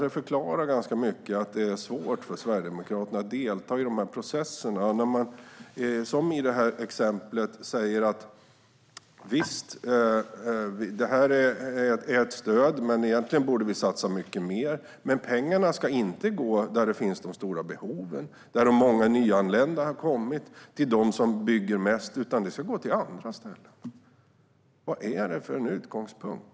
Det förklarar ganska mycket varför det är svårt för Sverigedemokraterna att delta i de här processerna. Man säger: Visst, det här är ett stöd, men egentligen borde vi satsa mycket mer. Men pengarna ska inte gå dit de stora behoven finns, dit de många nyanlända har kommit och till dem som bygger mest, utan de ska gå till andra ställen. Vad är det för utgångspunkt?